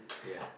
ya